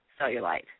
cellulite